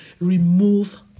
remove